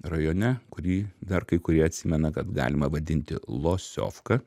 rajone kurį dar kai kurie atsimena kad galima vadinti losiovka